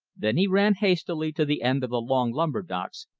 then he ran hastily to the end of the long lumber docks,